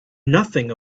nothing